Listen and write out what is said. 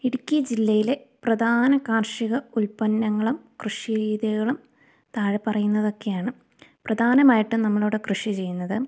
ഇടുക്കി ജില്ലയിലെ പ്രധാന കാർഷിക ഉൽപ്പന്നങ്ങളും കൃഷി രീതികളും താഴെ പറയുന്നതൊക്കെയാണ് പ്രധാനമായിട്ടും നമ്മളിവിടെ കൃഷി ചെയ്യുന്നത്